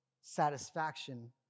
satisfaction